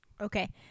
Okay